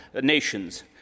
nations